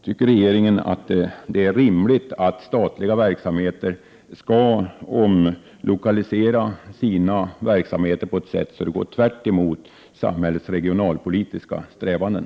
Anser regeringen att det är rimligt att statliga verk omlokaliserar sina verksamheter på ett sådant sätt att det går tvärtemot samhällets regionalpolitiska strävanden?